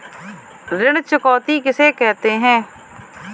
ऋण चुकौती किसे कहते हैं?